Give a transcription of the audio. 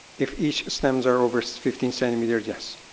if each stems are over fifteen centimetres, yes.